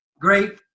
great